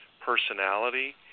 personality